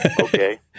Okay